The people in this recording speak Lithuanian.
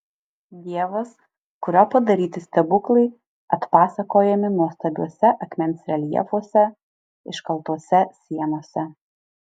dievas kurio padaryti stebuklai atpasakojami nuostabiuose akmens reljefuose iškaltuose sienose